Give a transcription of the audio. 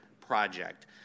project